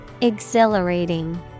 Exhilarating